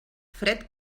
fred